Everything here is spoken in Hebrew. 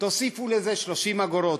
תוסיפו לזה 30 אגורות,